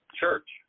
church